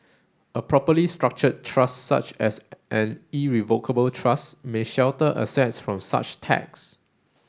a properly structured trust such as an irrevocable trust may shelter assets from such tax